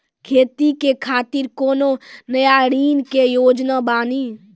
खेती के खातिर कोनो नया ऋण के योजना बानी?